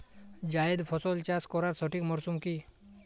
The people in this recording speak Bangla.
জায়েদ ফসল চাষ করার সঠিক মরশুম কি?